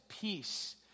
peace